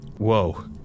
Whoa